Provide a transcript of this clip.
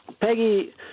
Peggy